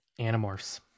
Animorphs